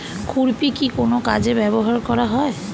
খুরপি কি কোন কাজে ব্যবহার করা হয়?